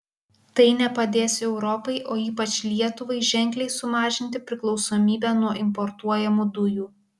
tai nepadės europai o ypač lietuvai ženkliai sumažinti priklausomybę nuo importuojamų dujų